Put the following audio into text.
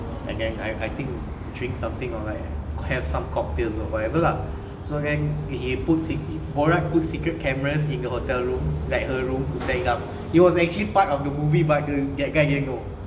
and then I I think drink something or like have some cocktails or whatever lah so then he put se~ borat put secret cameras in the hotel room like her room to set up it was actually part of the movie but the guy didn't know